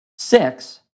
Six